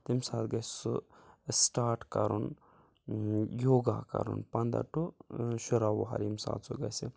تمہِ ساتہٕ گژھِ سُہ سِٹاٹ کَرُن یوگا کَرُن پَنداہ ٹُو شُراہ وُہَر ییٚمہِ ساتہٕ سُہ گژھِ